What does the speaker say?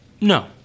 No